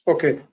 Okay